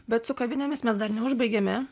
bet su kavinėmis mes dar neužbaigėme